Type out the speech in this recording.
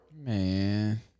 Man